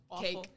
Cake